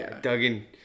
Duggan